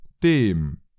dem